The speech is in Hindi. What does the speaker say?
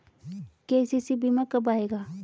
के.सी.सी बीमा कब आएगा?